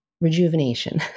rejuvenation